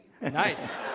Nice